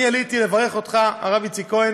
אני עליתי לברך אותך, הרב איציק כהן,